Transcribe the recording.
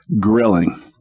grilling